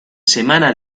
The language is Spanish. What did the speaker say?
semana